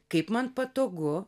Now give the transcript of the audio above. kaip man patogu